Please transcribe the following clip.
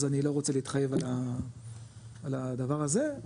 אז אני לא רוצה להתחייב על הדבר הזה,